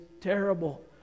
terrible